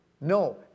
no